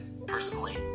personally